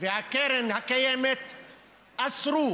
וקרן קיימת אסרו